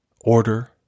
Order